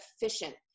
efficient